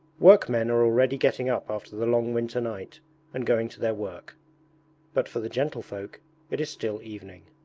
workmen are already getting up after the long winter night and going to their work but for the gentlefolk it is still evening.